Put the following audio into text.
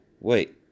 wait